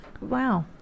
wow